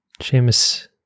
Seamus